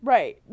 Right